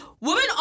Women